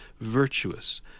Virtuous